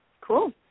Cool